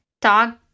talk